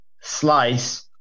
slice